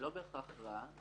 בהכרח דבר רע.